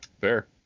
fair